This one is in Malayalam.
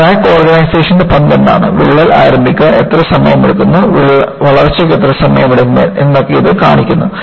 ക്രാക്ക് ഓർഗനൈസേഷന്റെ പങ്ക് എന്താണ് വിള്ളൽ ആരംഭിക്കാൻ എത്ര സമയമെടുക്കുന്നു വളർച്ചയ്ക്ക് എത്ര സമയമെടുക്കും എന്നൊക്കെ ഇത് കാണിക്കുന്നു